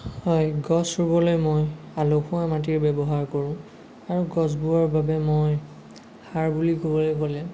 হয় গছ ৰুৱলৈ মই আলসুৱা মাটিৰ ব্য়ৱহাৰ কৰোঁ আৰু গছবোৰৰ বাবে মই সাৰ বুলি কবলৈ গ'লে